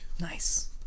Nice